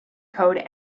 code